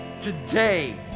today